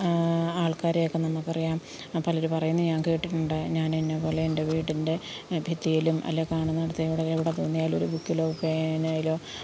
ആള്ക്കാരെയൊക്കെ നമുക്കറിയാം പലര് പറയുന്നത് ഞാന് കേട്ടിട്ടുണ്ട് ഞാനിന്നപോലെ എന്റെ വീട്ടിന്റെ ഭിത്തിയിലും അല്ലേല് കാണുന്നിടത്ത് അവിടെ എവിടെ നേലൂര് ബുക്കിലോ പേനയിലോ